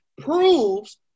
proves